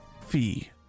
fee